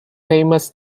famous